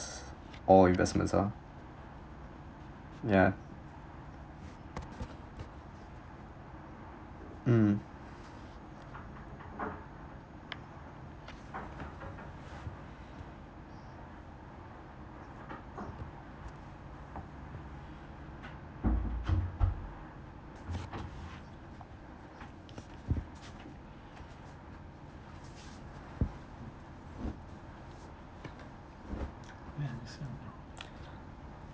all investments ah ya mm